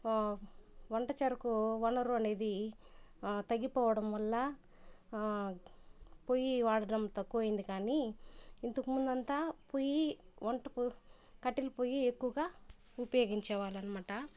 వంట చెరకు వనరు అనేది తగ్గిపోవడం వల్ల పొయ్యి వాడకం తక్కువైంది కానీ ఇంతకుముందంతా పొయ్యి వంట కట్టెల పొయ్యి ఎక్కువగా ఉపయోగించేవాళ్ళనమాట